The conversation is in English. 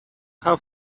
how